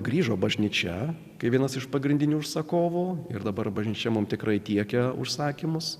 grįžo bažnyčia kai vienas iš pagrindinių užsakovų ir dabar bažnyčia mums tikrai tiekia užsakymus